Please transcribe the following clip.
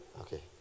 Okay